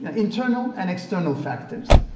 and internal and external factors,